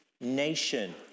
nation